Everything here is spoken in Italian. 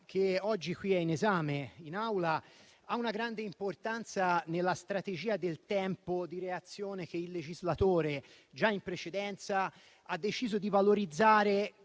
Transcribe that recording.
oggi al nostro esame ha una grande importanza nella strategia del tempo di reazione che il legislatore già in precedenza ha deciso di valorizzare